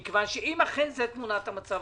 כי אם אכן זו תמונת המצב,